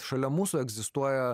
šalia mūsų egzistuoja